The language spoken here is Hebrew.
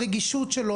שהרגישות של האירוע,